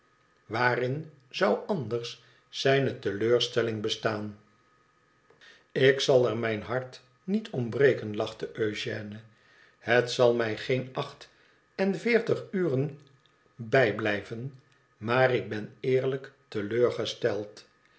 waarin zou anders zijne teleurstelling bestaan r ik zal er mijn hart niet om breken lachte eugène het zal mij geen acht en veertig uren bijblijven maar ik ben eerlijk